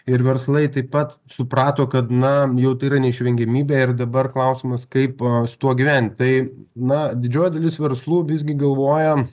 ir verslai taip pat suprato kad na jau tai yra neišvengiamybė ir dabar klausimas kaip su tuo gyvent tai na didžioji dalis verslų visgi galvoja